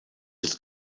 his